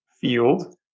field